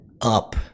up